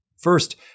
First